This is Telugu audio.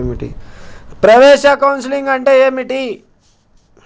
ప్రవేశ కౌన్సెలింగ్ అంటే ఏమిటి?